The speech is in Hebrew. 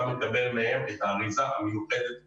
אתה מקבל ממנה את האריזה המיוחדת שלה.